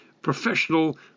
professional